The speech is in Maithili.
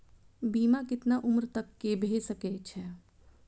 बीमा केतना उम्र तक के भे सके छै?